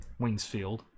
Wingsfield